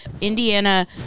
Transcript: Indiana